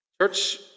Church